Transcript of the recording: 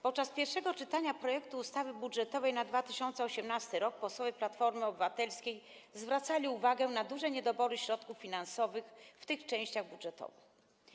Podczas pierwszego czytania projektu ustawy budżetowej na 2018 r. posłowie Platformy Obywatelskiej zwracali uwagę na duże niedobory środków finansowych w tych częściach budżetowych.